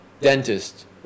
dentist